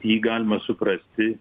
jį galima suprasti